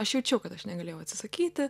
aš jaučiau kad aš negalėjau atsisakyti